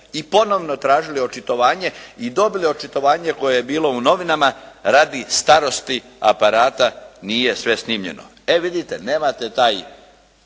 i ponovno tražili očitovanje i dobili očitovanje koje je bilo u novinama radi starosti aparata nije sve snimljeno. E vidite, nemate te